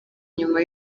nyuma